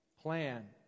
plan